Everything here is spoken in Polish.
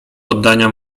oddania